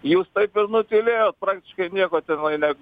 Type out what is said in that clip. jūs taip ir nutylėjot praktiškai nieko tenai leg